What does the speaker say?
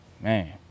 Man